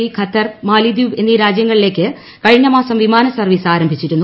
E Qatar മാലിദ്വീപ് എന്നീ രാജൃങ്ങളിലേക്ക് കഴിഞ്ഞ മാസം വിമാന സർവീസ് ആരംഭിച്ചിരുന്നു